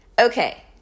Okay